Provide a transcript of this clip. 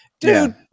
dude